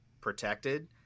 protected—